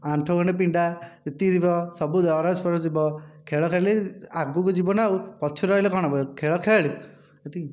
ଆଣ୍ଠୁଗଣ୍ଠି ପିଣ୍ଡା ଯେତିକି ଯିବ ସବୁ ଦରଜ ଫରଜ ଯିବ ଖେଳ ଖେଳିଲେ ଆଗକୁ ଯିବୁ ନା ଆଉ ପଛକୁ ରହିଲେ କଣ ହବ ଖେଳ ଖେଳେ ଏତିକି